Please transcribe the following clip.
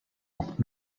oft